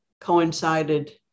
coincided